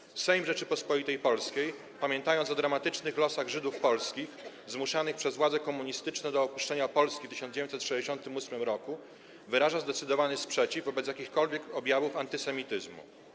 Sejm Rzeczypospolitej Polskiej, pamiętając o dramatycznych losach Żydów polskich - zmuszanych przez władze komunistyczne do opuszczenia Polski w 1968 roku, wyraża zdecydowany sprzeciw wobec jakichkolwiek objawów antysemityzmu.